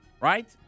right